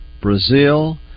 Brazil